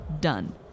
Done